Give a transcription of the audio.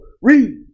Read